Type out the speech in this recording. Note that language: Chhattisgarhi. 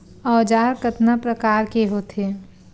औजार कतना प्रकार के होथे?